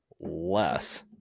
less